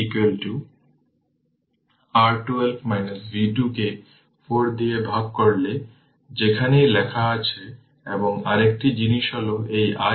সুতরাং 1 5 i L t আমি বলেছিলাম যে এটিকে কী বলতে হবে কারণ i হল